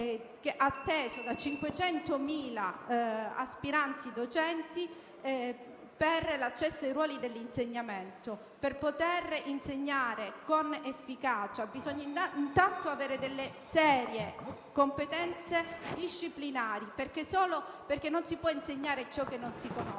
e atteso da 500.000 aspiranti docenti per l'accesso ai ruoli dell'insegnamento. Per poter insegnare con efficacia, bisogna intanto avere delle serie competenze disciplinari, perché non si può insegnare ciò che non si conosce.